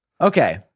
Okay